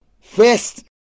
first